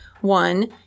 one